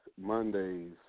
Mondays